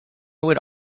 would